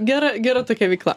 gera gera tokia veikla